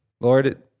Lord